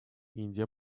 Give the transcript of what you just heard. индия